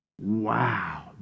Wow